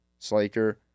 Slaker